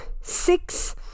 six